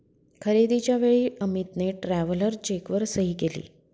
खरेदीच्या वेळी अमितने ट्रॅव्हलर चेकवर सही केली